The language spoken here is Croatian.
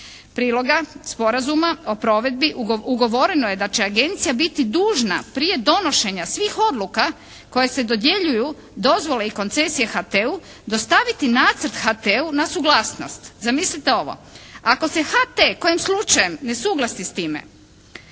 priloga Sporazuma o provedbi ugovoreno je da će agencija biti dužna prije donošenja svih odluka koje se dodjeljuju dozvole i koncesije HT-u dostaviti nacrt HT-u na suglasnost. Zamislite ovo. Ako se HT kojim slučajem ne suglasi s time